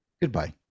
Goodbye